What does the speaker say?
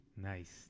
Nice